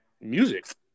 music